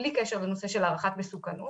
בלי קשר לנושא של הערכת המסוכנות.